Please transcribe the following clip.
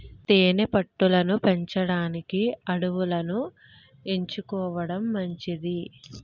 తేనె పట్టు లను పెంచడానికి అడవులను ఎంచుకోవడం మంచిది